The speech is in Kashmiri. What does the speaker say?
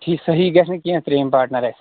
ٹھیٖک صحیح گژھِ نہٕ کیٚنٛہہ ترٛیٚیِم پاٹنَر اَسہِ